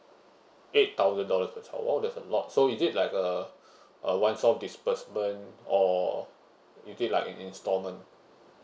eight thousand dollars that's how !wow! that's a lot so is it like a uh one off disbursement or is it like an installment